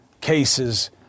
cases